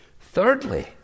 Thirdly